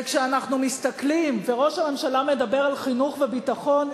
וכשאנחנו מסתכלים וראש הממשלה מדבר על חינוך וביטחון,